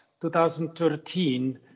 2013